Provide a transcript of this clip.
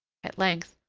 at length,